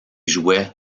jouait